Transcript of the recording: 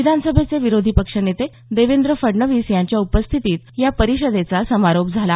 विधानसभेचे विरोधी पक्षनेते देवेंद्र फडणवीस यांच्या उपस्थितीत या परिषदेचा समारोप झाला